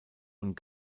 und